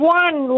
one